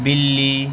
بِلّی